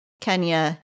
Kenya